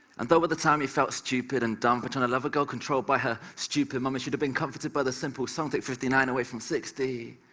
and though at the time he felt stupid and dumb for trying to love a girl controlled by her stupid mum, he should have been comforted by the simple sum. take fifty nine away from sixty,